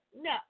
No